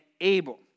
able